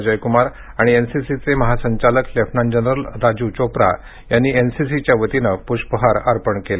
अजय कुमार आणि एनसीसी चे महासंचालक लेफ्टनंट जनरल राजीव चोप्रा यांनी एन सी सीच्या वतीने पुष्पहार अर्पण केले